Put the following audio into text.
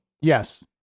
Yes